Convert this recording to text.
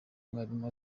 umwarimu